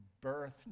birth